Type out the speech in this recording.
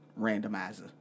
randomizer